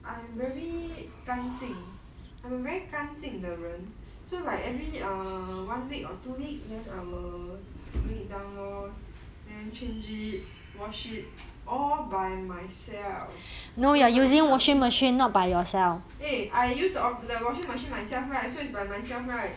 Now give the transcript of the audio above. I am very 干净 I'm a very 干净的人 so like every err one week or two week then I will bring it down lor then change it wash it all by myself nobody helped me eh I used the the washing machine myself right so is by myself right